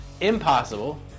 impossible